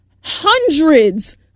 hundreds